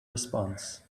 response